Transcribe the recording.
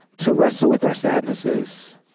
to wrestle with our sadnesses,